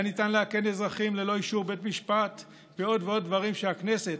היה ניתן לאכן אזרחים ללא אישור בית משפט ועוד ועוד דברים שהכנסת,